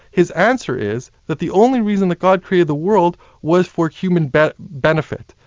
his answer is that the only reason that god created the world was for human but benefit,